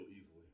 easily